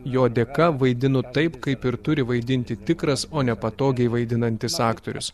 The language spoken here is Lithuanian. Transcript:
jo dėka vaidinu taip kaip ir turi vaidinti tikras o nepatogiai vaidinantis aktorius